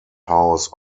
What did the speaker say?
house